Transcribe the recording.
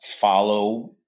follow